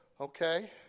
Okay